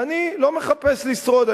אני לא מחפש לשרוד,